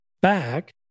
back